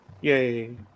Yay